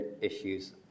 issues